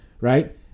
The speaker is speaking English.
right